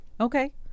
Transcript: okay